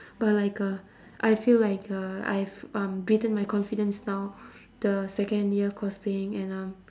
but like uh I feel like uh I have um beaten my confidence now the second year cosplaying and um